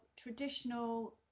traditional